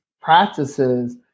practices